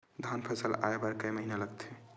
धान फसल आय बर कय महिना लगथे?